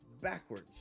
backwards